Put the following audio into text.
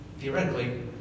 theoretically